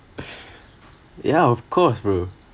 ya of course bro